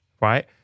right